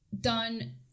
done